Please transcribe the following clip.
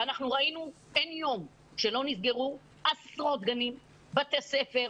ראינו שאין יום שלא נסגרו עשרות גנים ובתי ספר.